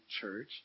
church